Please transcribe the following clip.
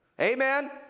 Amen